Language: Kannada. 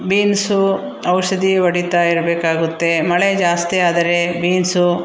ಬೀನ್ಸು ಔಷಧಿ ಹೊಡಿತಾ ಇರಬೇಕಾಗುತ್ತೆ ಮಳೆ ಜಾಸ್ತಿ ಆದರೆ ಬೀನ್ಸು